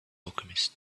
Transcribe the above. alchemist